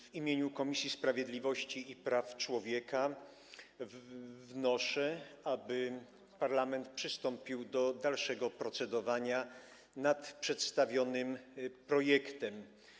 W imieniu Komisji Sprawiedliwości i Praw Człowieka wnoszę, aby parlament przystąpił do dalszego procedowania nad przedstawionym projektem.